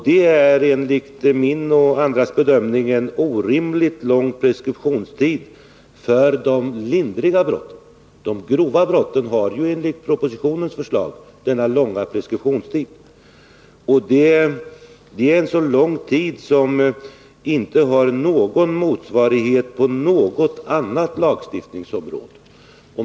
Det är enligt min och andras bedömning en orimligt lång preskriptionstid för de lindriga brotten. De grova brotten har ju enligt propositionens förslag den längre preskriptionstiden. En så lång preskriptionstid som tio år för lindriga brott finns det inte någon motsvarighet till på något annat lagstiftningsområde.